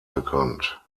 bekannt